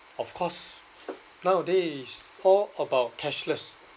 of course nowadays all about cashless